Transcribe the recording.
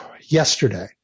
Yesterday